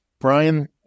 Brian